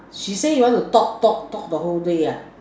she say you want to talk talk talk the whole day ah